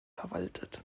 verwaltet